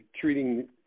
treating